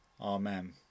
Amen